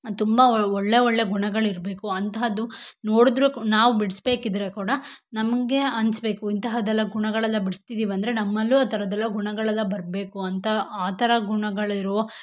ತುಂಬ ಒಳ್ಳೆ ಒಳ್ಳೆ ಗುಣಗಳಿರಬೇಕು ಅಂತಹದ್ದು ನೋಡಿದ್ರೂ ನಾವು ಬಿಡಿಸ್ಬೇಕಿದ್ರೆ ಕೂಡ ನಮಗೆ ಅನಿಸಬೇಕು ಇಂತಹದೆಲ್ಲ ಗುಣಗಳೆಲ್ಲ ಬಿಡಿಸ್ತಿದೀವಿ ಅಂದರೆ ನಮ್ಮಲ್ಲೂ ಆ ಥರದೆಲ್ಲ ಗುಣಗಳೆಲ್ಲ ಬರಬೇಕು ಅಂತ ಆ ಥರ ಗುಣಗಳಿರುವ